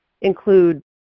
include